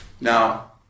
Now